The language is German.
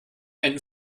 einen